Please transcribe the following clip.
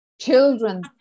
children